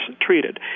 treated